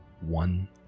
one